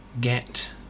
get